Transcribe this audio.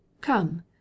come